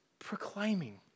proclaiming